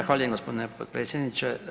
Zahvaljujem gospodine potpredsjedniče.